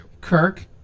Kirk